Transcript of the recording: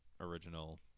original